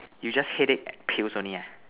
you just headache pills only ah